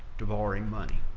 to borrowing money.